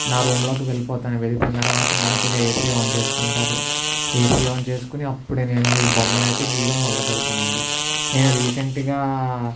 నా రూమ్ లోకి వెళ్ళిపోతాను వెళ్ళిపోయిన తర్వాత మంచిగా ఏసీ ఆన్ చేసుకుంటుంటాను ఏసీ ఆన్ చేసుకొని అప్పుడు నేను ఈ బొమ్మని అయితే గీయడం మొదలు పెడతానండి నేను రీసెంట్ గా